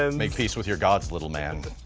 um make peace with your gods, little man.